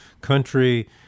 country